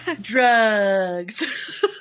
Drugs